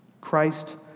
Christ